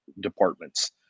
departments